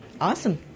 awesome